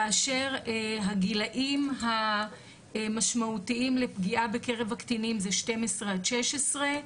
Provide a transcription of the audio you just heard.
כאשר הגילאים המשמעותיים לפגיעה בקרב הקטינים זה 12 עד 16,